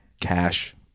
cash